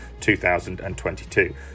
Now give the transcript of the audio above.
2022